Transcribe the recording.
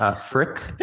ah frick?